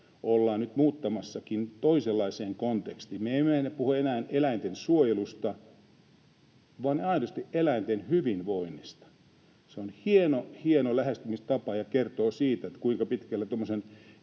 ollaankin nyt muuttamassa toisenlaiseen kontekstiin. Me emme puhu enää eläinten suojelusta vaan aidosti eläinten hyvinvoinnista. Se on hieno, hieno lähestymistapa ja kertoo siitä, kuinka pitkälle etiikan